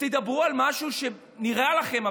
תדברו על משהו שנראה לכם,